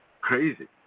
crazy